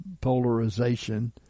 polarization